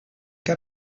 qu’à